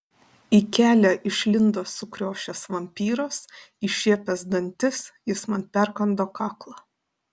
į kelią išlindo sukriošęs vampyras iššiepęs dantis jis man perkando kaklą